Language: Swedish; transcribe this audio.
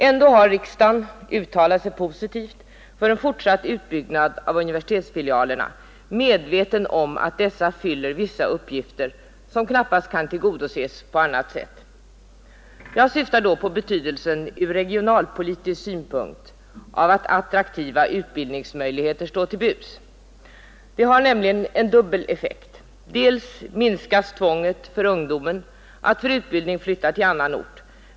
Ändå har riksdagen uttalat sig positivt för en fortsatt utbyggnad av universitetsfilialerna, medveten om att dessa fyller vissa uppgifter som knappast kan tillgodoses på annat sätt. Jag syftar då på betydelsen ur regionalpolitisk synpunkt av att attraktiva utbildningsmöjligheter står till buds. Det har nämligen en dubbel effekt. Först och främst minskas tvånget för ungdomen att för utbildning flytta till annan ort.